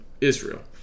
Israel